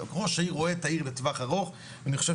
ראש העיר רואה את העיר לטווח ארוך ואני חושב